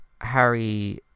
Harry